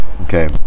Okay